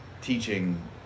teaching